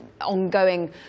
ongoing